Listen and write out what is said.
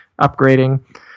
upgrading